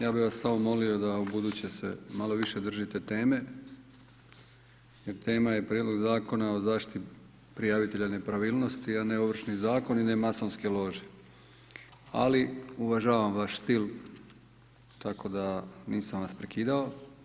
Ja bi vas samo molio da ubuduće se malo više držite teme jer tema je Prijedlog zakona o zaštiti prijavitelja nepravilnosti, a ne Ovršni zakon i ne masonske lože, ali uvažavam vaš stil tako da nisam vas prekidao.